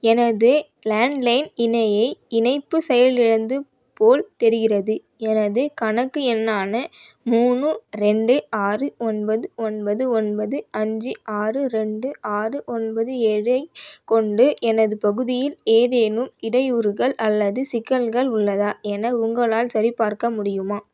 எனது landline இணைய இணைப்பு செயலிலந்து போல் தெரிகிறது எனது கணக்கு எண்ணான மூணு ரெண்டு ஆறு ஒன்பது ஒன்பது ஒன்பது அஞ்சு ஆறு ரெண்டு ஆறு ஒன்பது ஏழை கொண்டு எனது பகுதியில் ஏதேனும் இடையூறுகள் அல்லது சிக்கல்கள் உள்ளதா என உங்களால் சரிபார்க்க முடியுமா